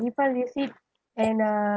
refund receipt and uh